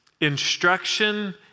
instruction